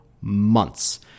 months